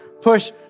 push